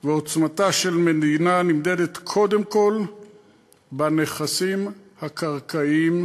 ועוצמתה של מדינה נמדדת קודם כול בנכסים הקרקעיים שלה.